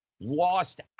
Lost